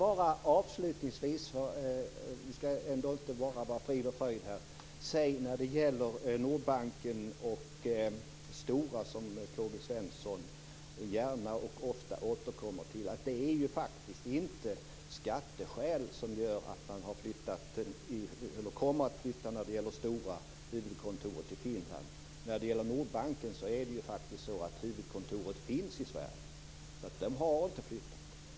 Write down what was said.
Avslutningsvis vill jag säga när det gäller Nordbanken och Stora, som K-G Svenson ofta och gärna återkommer till, att det inte är av skatteskäl som Stora kommer att flytta sitt huvudkontor till Finland. Nordbankens huvudkontor finns faktiskt i Sverige, så man har inte flyttat.